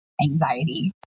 anxiety